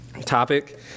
topic